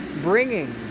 bringing